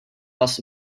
fuss